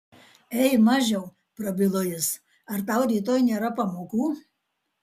ei mažiau prabilo jis ar tau rytoj nėra pamokų